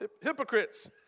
hypocrites